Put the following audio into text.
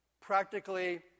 Practically